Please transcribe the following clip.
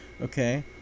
okay